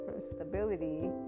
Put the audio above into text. stability